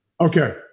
Okay